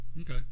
Okay